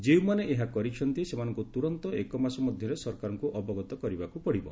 ଯେଉଁମାନେ ଏହା କରିଛନ୍ତି ସେମାନଙ୍କୁ ତୁରନ୍ତ ଏକମାସ ମଧ୍ୟରେ ସରକାରଙ୍କୁ ଅବଗତ କରିବାକୁ ପଡିବ